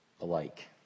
alike